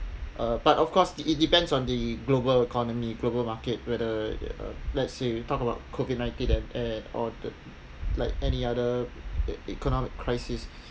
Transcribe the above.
uh but of course it depends on the global economy global market whether uh let's say we talk about COVID ninteen and and or like any other economic crisis